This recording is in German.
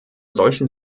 solchen